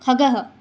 खगः